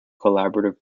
collaborative